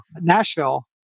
Nashville